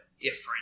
different